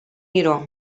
miró